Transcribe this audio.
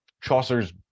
Chaucer's